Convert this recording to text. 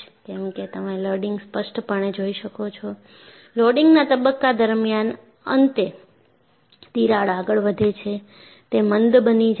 કેમકે તમે લોડિંગ સ્પષ્ટપણે જોઈ શકો છો લોડિંગના તબક્કા દરમિયાન અંતે તિરાડ આગળ વધે છે તે મંદ બની જાય છે